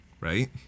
right